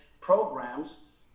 programs